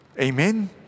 Amen